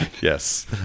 yes